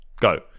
go